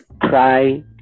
cry